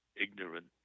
ignorant